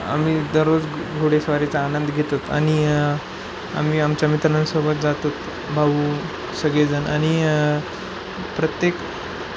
आम्ही दररोज घोडेस्वारीचा आनंद घेतो आणि आम्ही आमच्या मित्रांसोबत जातो भाऊ सगळेजण आणि प्रत्येक